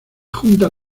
junta